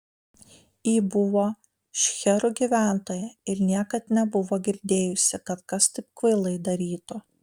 ji buvo šcherų gyventoja ir niekad nebuvo girdėjusi kad kas taip kvailai darytų